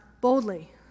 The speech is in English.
boldly